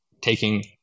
taking